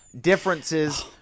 differences